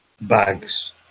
Bags